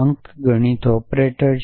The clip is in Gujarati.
અંકગણિત ઑપરેટર છે